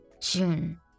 June